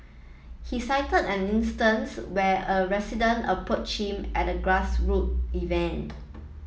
he cited an instance where a resident approached him at a grass root event